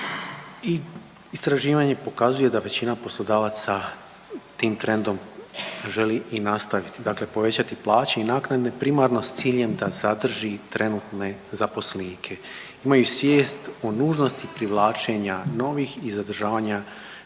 i istraživanje pokazuje da većina poslodavaca tim trendom želi i nastaviti dakle povećati plaće i naknade primarno s ciljem da zadrži trenutne zaposlenike. Imaju svijest o nužnosti privlačenja novih i zadržavanja